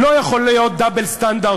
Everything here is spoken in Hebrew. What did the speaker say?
לא יכול להיות double standard,